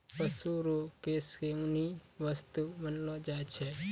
पशु रो केश से ऊनी वस्त्र बनैलो छै